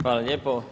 Hvala lijepo.